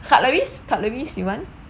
cutleries cutleries you want